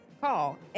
call